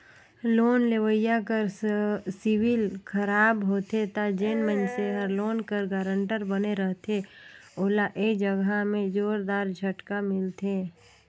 loan लेवइया कर civil खराब होथे ता जेन मइनसे हर लोन कर गारंटर बने रहथे ओला ए जगहा में जोरदार झटका मिलथे